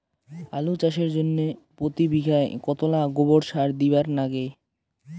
আলু চাষের জইন্যে প্রতি বিঘায় কতোলা গোবর সার দিবার লাগে?